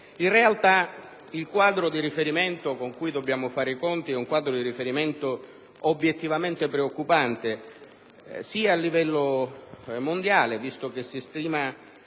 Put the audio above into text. In realtà, il quadro di riferimento con cui dobbiamo fare i conti è obiettivamente preoccupante sia a livello mondiale, visto che si stima